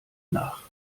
nach